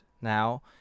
now